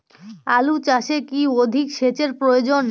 আলু চাষে কি অধিক সেচের প্রয়োজন?